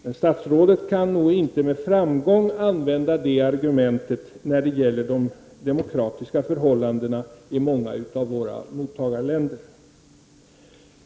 Men statsrådet kan nog inte med framgång använda det argumentet när det gäller de demokratiska förhållandena i många av våra mottagarländer.